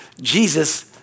Jesus